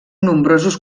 nombrosos